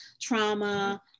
trauma